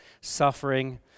suffering